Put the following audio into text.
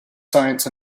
science